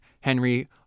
Henry